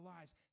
lives